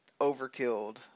overkilled